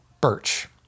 birch